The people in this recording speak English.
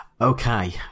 Okay